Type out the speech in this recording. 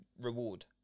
reward